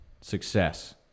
Success